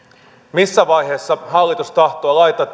missä vaiheessa hallitus tahtoo laittaa